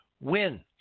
win